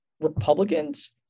Republicans